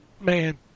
man